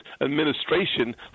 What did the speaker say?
administration